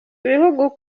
bihugu